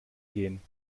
gehen